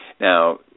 Now